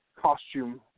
costume